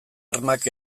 armak